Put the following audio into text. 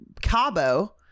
Cabo